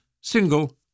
single